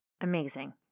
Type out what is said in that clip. Amazing